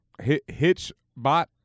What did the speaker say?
Hitchbot